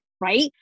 right